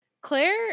Claire